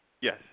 Yes